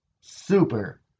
Super